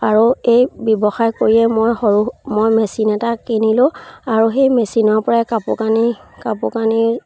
আৰু এই ব্যৱসায় কৰিয়ে মই সৰু মই মেচিন এটা কিনিলোঁ আৰু সেই মেচিনৰ পৰাই কাপোৰ কানি কাপোৰ কানি